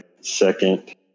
second